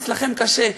אצלכם קשה,